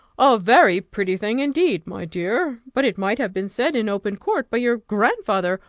a very pretty thing indeed, my dear! but it might have been said in open court by your grandfather,